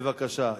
בבקשה.